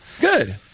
Good